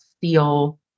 feel